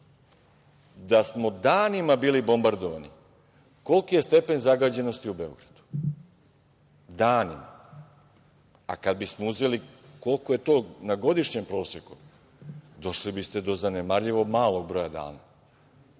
da smo danima bili bombardovani koliki je stepen zagađenosti u Beogradu, danima. Kada bismo uzeli koliko je to na godišnjem proseku, došli biste do zanemarljivo malog broja dana,